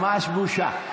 ממש בושה.